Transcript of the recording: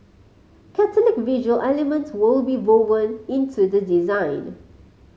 Catholic visual elements will be woven into the design